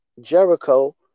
Jericho